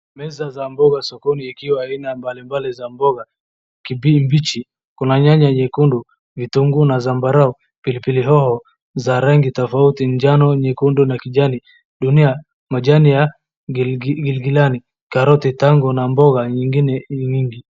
Meza za mboga sokoni ikiwa aina mbalimbali za mboga kimbi mbichi. Kuna nyanya nyekundu, vitunguu na zambarau, pilipili hoho za rangi tofauti, njano, nyekundu na kijani. Dunia, majani ya gilgilani, karoti, tango na mboga nyingine nyingi.